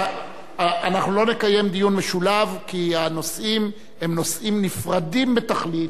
אנחנו לא נקיים דיון משולב כי הנושאים נפרדים בתכלית.